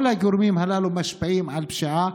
כל הגורמים הללו משפיעים על פשיעה,